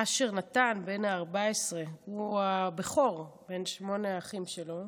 אשר נתן בן ה-14 הוא הבכור בין שמונה האחים שלו,